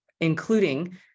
including